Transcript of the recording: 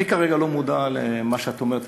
אני כרגע לא מודע למה שאת אומרת,